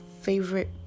favorite